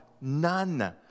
None